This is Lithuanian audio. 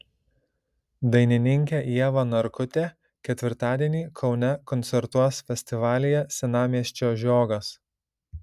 dainininkė ieva narkutė ketvirtadienį kaune koncertuos festivalyje senamiesčio žiogas